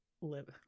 live